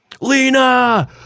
lena